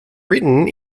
written